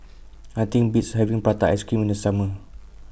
Nothing Beats having Prata Ice Cream in The Summer